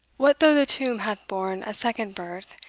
what though the tomb hath borne a second birth,